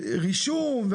רישום,